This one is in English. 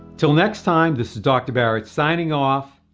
till next time this is dr. baritz signing off,